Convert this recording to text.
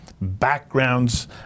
backgrounds